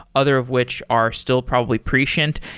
other of which are still probably prescient.